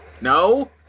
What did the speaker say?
No